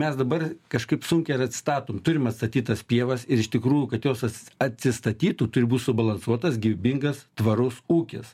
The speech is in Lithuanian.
mes dabar kažkaip sunkiai ir atstatom turim atstatyt tas pievas ir iš tikrųjų kad jos asis atsistatytų turi būt subalansuotas gyvybingas tvarus ūkis